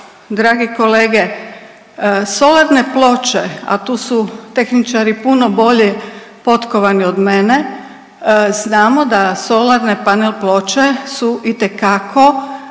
dragi kolege solarne ploče, a tu su tehničari puno bolje potkovani od mene, znamo da solarne panel ploče su itekako